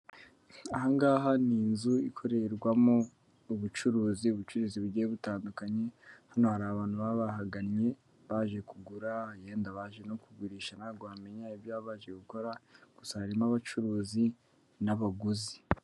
Ahangaha ni inzu ikorerwamo ubucuruzi, ubucuruzi bugiye butandukanye hano haba hari abantu baba bahagannye baje kugura yenda baje no kugurisha ntiwamenya ibyo baje gukora gusa harimo abacuruzi n'abaguzi.